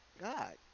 god